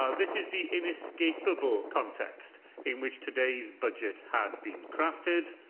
um this is the inescapable context in which today's budget has been crafted,